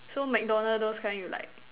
so McDonald those kind you like